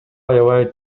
аябай